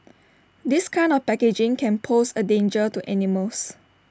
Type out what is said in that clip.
this kind of packaging can pose A danger to animals